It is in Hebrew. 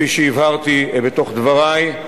כפי שהבהרתי בדברי,